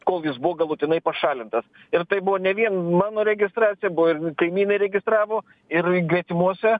kol jis buvo galutinai pašalintas ir tai buvo ne vien mano registracija buvo ir kaimynė registravo ir gretimose